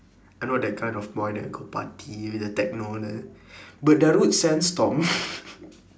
I'm not that kind of boy that go party then techno then but darude sandstorm